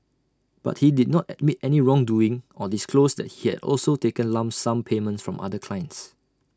but he did not admit any wrongdoing or disclose that he had also taken lump sum payments from other clients